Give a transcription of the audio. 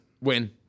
Win